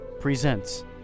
presents